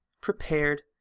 prepared